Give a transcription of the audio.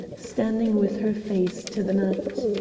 standing with her face to the night.